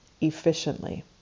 efficiently